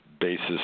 basis